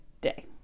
day